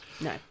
no